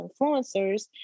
influencers